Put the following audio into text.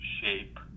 shape